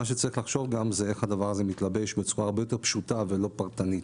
צריך לחשוב גם איך הדבר הזה מתלבש בצורה הרבה יותר פשוטה ולא פרטנית.